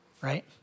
right